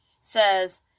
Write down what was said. says